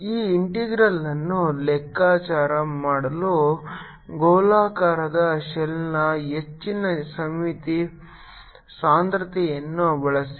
ಈ ಇಂಟೆಗ್ರಲ್ಅನ್ನು ಲೆಕ್ಕಾಚಾರ ಮಾಡಲು ಗೋಲಾಕಾರದ ಶೆಲ್ನ ಹೆಚ್ಚಿನ ಸಮ್ಮಿತಿ ಸಾಂದ್ರತೆಯನ್ನು ಬಳಸಿ